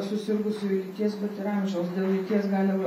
susirgusiųjų lyties bet ir amžiaus dėl lyties galima